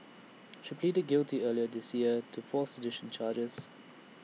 she pleaded guilty earlier this year to four sedition charges